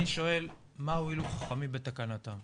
אני שואל מה הועילו חכמים בתקנתם.